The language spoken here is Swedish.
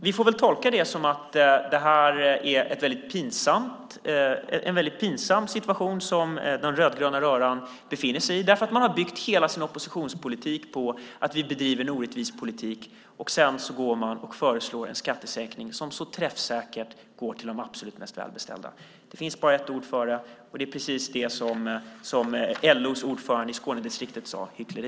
Vi får väl tolka det som att det är en pinsam situation som den rödgröna röran befinner sig i därför att man har byggt hela sin oppositionspolitik på att vi bedriver en orättvis politik. Sedan föreslår man en skattesänkning som så träffsäkert går till de absolut mest välbeställda. Det finns bara ett ord för det, och det är precis vad LO:s ordförande i Skånedistriktet sade: Hyckleri.